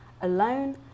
Alone